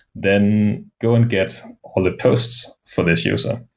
then go and get all the posts for these user.